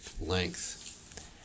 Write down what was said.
length